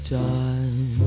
time